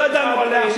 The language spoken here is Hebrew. לא ידענו עליה,